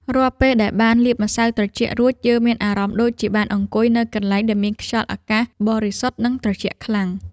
រាល់ពេលដែលបានលាបម្សៅត្រជាក់រួចយើងមានអារម្មណ៍ដូចជាបានអង្គុយនៅកន្លែងដែលមានខ្យល់អាកាសបរិសុទ្ធនិងត្រជាក់ខ្លាំង។